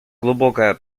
глубокое